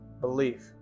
Belief